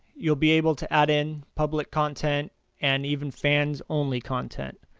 you'll be able to add in public content' and even fans only content.